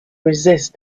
resist